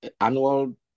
annual